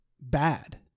bad